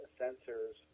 sensors